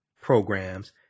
programs